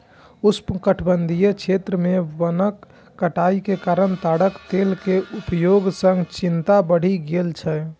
उष्णकटिबंधीय क्षेत्र मे वनक कटाइ के कारण ताड़क तेल के उपयोग सं चिंता बढ़ि गेल छै